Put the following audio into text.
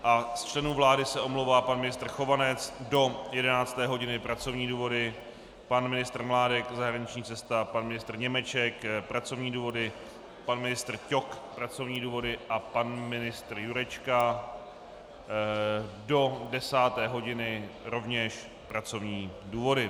Z členů vlády se omlouvá pan ministr Chovanec do 11. hodiny pracovní důvody, pan ministr Mládek zahraniční cesta, pan ministr Němeček pracovní důvody, pan ministr Ťok pracovní důvody a pan ministr Jurečka do desáté hodiny rovněž pracovní důvody.